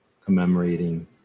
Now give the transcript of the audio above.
commemorating